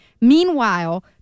Meanwhile